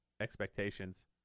expectations